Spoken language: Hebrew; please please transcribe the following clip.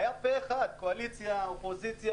היה פה אחד, קואליציה ואופוזיציה.